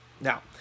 Now